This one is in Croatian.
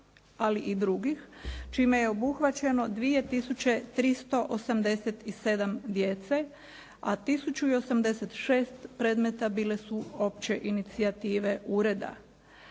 ali i drugih čime je obuhvaćeno 2 tisuće 387 djece a tisuću 86 predmeta bile su opće inicijative ureda.